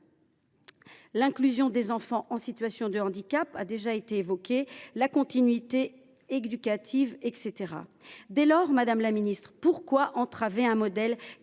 inclusion des enfants en situation de handicap, continuité éducative, etc. Dès lors, madame la ministre, pourquoi entraver un modèle